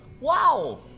Wow